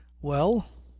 well.